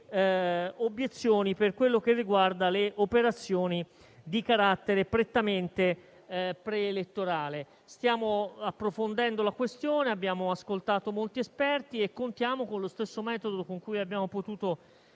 obiezioni per quello che riguarda le operazioni di carattere prettamente pre-elettorale. Stiamo approfondendo la questione, abbiamo ascoltato molti esperti e contiamo, con lo stesso metodo con cui abbiamo potuto